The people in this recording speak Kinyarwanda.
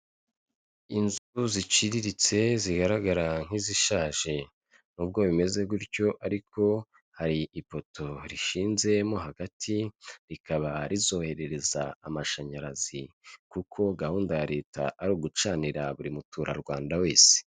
Inzu ziciriritse zigaragara nk'izishaj, nubwo bimeze gutyo ariko hari ifoto rishinzemo hagati rikaba rizoherereza amashanyarazi, kuko gahunda ya leta ari ugucanira buri muturarwanda wese.